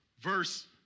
verse